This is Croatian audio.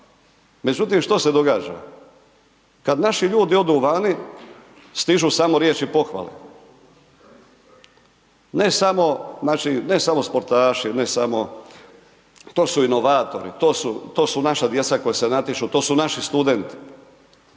međutim što se događa? Kad naši ljudi odu vani, stižu samo riječi pohvale. Ne samo sportaši, ne samo, to su inovatori, to su naša djeca koja se natječu, to su naši studenti.